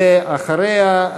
ואחריה,